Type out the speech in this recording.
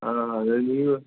ఆ